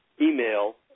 email